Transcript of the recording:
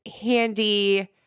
handy